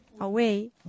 away